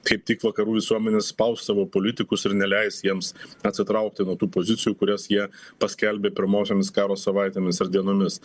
kaip tik vakarų visuomenė spaus savo politikus ir neleis jiems atsitraukti nuo tų pozicijų kurias jie paskelbė pirmosiomis karo savaitėmis ar dienomis